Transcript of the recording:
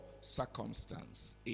circumstance